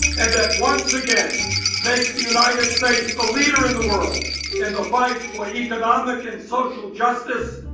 and that once again makes the united states the leader in the world in the fight for economic and social justice,